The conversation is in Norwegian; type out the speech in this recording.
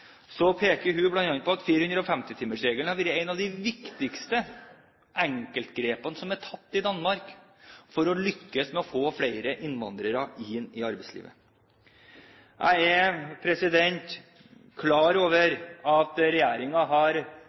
peker hun bl.a. på at 450-timersregelen har vært et av de viktigste enkeltgrepene som er tatt i Danmark for å lykkes med å få flere innvandrere inn i arbeidslivet. Jeg er klar over at regjeringen har